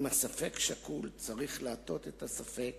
אם הספק שקול, צריך להטות הספק